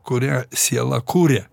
kurią siela kuria